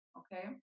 okay